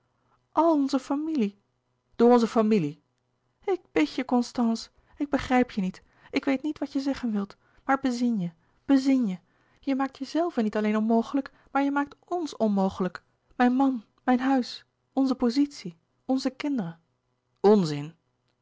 onze familie door onze familie ik bid je constance ik begrijp je niet ik weet niet wat je zeggen wilt maar bezin je bezin je je maakt jezelve niet alleen onmogelijk maar je maakt o n s onmogelijk mijn man mijn huis onze pozitie onze kinderen onzin